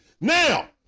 Now